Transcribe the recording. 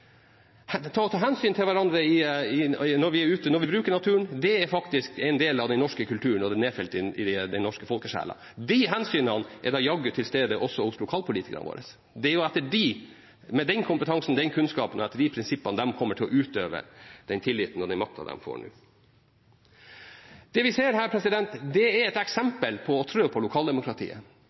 ta hensyn til hverandre når vi er ute og bruker naturen, er faktisk en del av den norske kulturen, og det er nedfelt i den norske folkesjelen. De hensynene er da jaggu også til stede hos lokalpolitikerne våre. Det er jo ut fra deres kompetanse og kunnskap og etter disse prinsippene de kommer til å utøve den tilliten og den makten de nå får. Det vi her ser, er et eksempel på å tråkke på lokaldemokratiet.